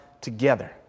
together